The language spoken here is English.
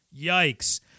yikes